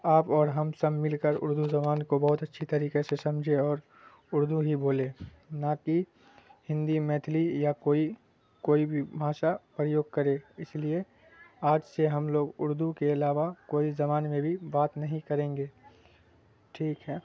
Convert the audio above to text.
آپ اور ہم سب مل کر اردو زبان کو بہت اچھی طریقے سے سمجھے اور اردو ہی بولے نہ کہ ہندی متھلی یا کوئی کوئی بھی بھاشا پریوگ کرے اس لیے آج سے ہم لوگ اردو کے علاوہ کوئی زبان میں بھی بات نہیں کریں گے ٹھیک ہے